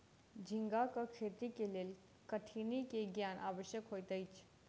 झींगाक खेती के लेल कठिनी के ज्ञान आवश्यक होइत अछि